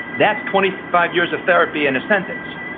that's twenty five years of therapy in a sentence.